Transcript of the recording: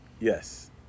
Yes